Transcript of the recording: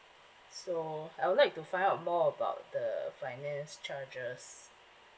so I would like to find out more about the finance charges